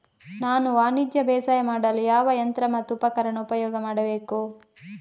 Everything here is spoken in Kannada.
ನಾನು ವಾಣಿಜ್ಯ ಬೇಸಾಯ ಮಾಡಲು ಯಾವ ಯಂತ್ರ ಮತ್ತು ಉಪಕರಣ ಉಪಯೋಗ ಮಾಡಬೇಕು?